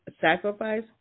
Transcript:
sacrifice